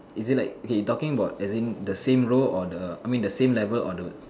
is it like okay talking about as in the same row or the I mean the same level on wards